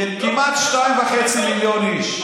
כן, כמעט 2.5 מיליון איש.